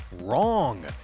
Wrong